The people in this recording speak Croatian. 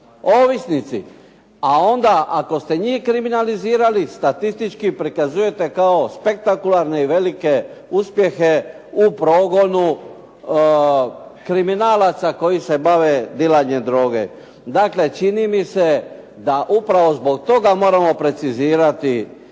ovisnici, a onda ako ste njih kriminalizirali statistički prikazujete kao spektakularne i velike uspjehe u progonu kriminalaca koji se bave dilanjem droge. Dakle, čini mi se da upravo zbog toga moramo precizirati